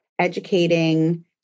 educating